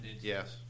Yes